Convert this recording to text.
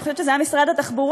אני חושבת שזה היה משרד התחבורה,